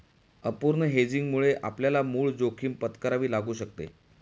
अपूर्ण हेजिंगमुळे आपल्याला मूळ जोखीम पत्करावी लागू शकते